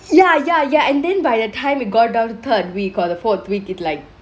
ya ya ya and then by the time we got down to third week or the fourth week it like